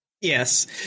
Yes